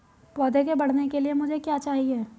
पौधे के बढ़ने के लिए मुझे क्या चाहिए?